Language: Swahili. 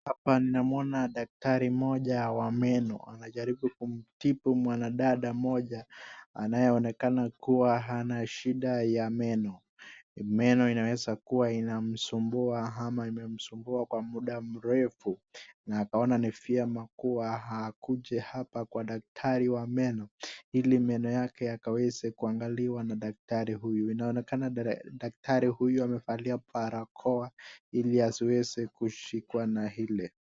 Hapa ninaona daktari mmoja wa meno. Anajaribu kumtibu mwanadada mmoja anayeonekana kuwa hana shida ya meno. Meno inaweza kuwa inamsumbua ama imemsumbua kwa muda mrefu. Na akaona ni vyema kuwa hakuja hapa kwa daktari wa meno ili meno yake yakaweze kuangaliwa na daktari huyu. Inaonekana daktari huyu amevalia parakoa ili asizuie kushikwa na hili.